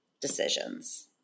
decisions